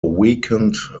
weakened